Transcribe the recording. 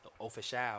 official